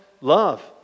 love